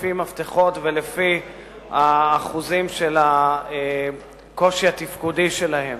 לפי מפתחות ולפי האחוזים של הקושי התפקודי שלהם.